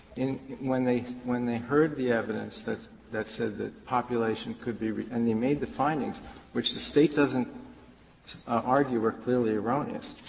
when they when they heard the evidence that that said that population could be and they made the findings which the state doesn't argue were clearly erroneous,